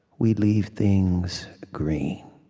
we leave things green.